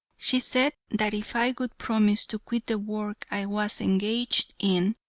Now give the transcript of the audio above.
she said that if i would promise to quit the work i was engaged in,